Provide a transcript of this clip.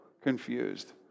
Confused